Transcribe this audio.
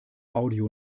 audio